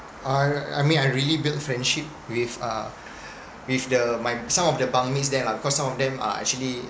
I I mean I really build friendship with uh with the my some of the bunk mates there lah because some of them are actually